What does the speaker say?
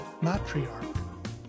matriarch